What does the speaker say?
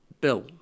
Bill